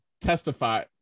testify